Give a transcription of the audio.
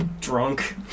drunk